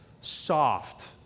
soft